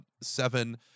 seven